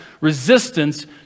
resistance